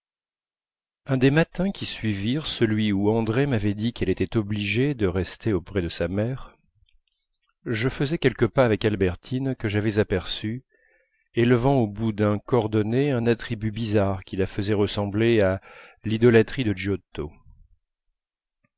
un des matins qui suivirent celui où andrée m'avait dit qu'elle était obligée de rester auprès de sa mère je faisais quelques pas avec albertine que j'avais aperçue élevant au bout d'un cordonnet un attribut bizarre qui la faisait ressembler à l idolâtrie de